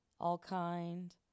all-kind